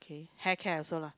hair care also lah